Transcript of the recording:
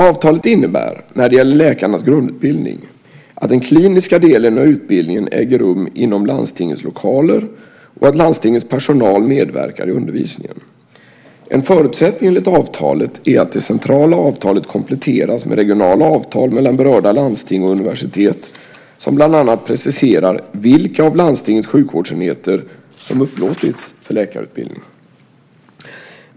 Avtalet innebär när det gäller läkarnas grundutbildning att den kliniska delen av utbildningen äger rum inom landstingets lokaler och att landstingets personal medverkar i undervisningen. En förutsättning enligt avtalet är att det centrala avtalet kompletteras med regionala avtal mellan berörda landsting och universitet som bland annat preciserar vilka av landstingets sjukvårdsenheter som upplåtits för läkarutbildning.